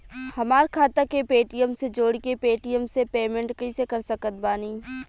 हमार खाता के पेटीएम से जोड़ के पेटीएम से पेमेंट कइसे कर सकत बानी?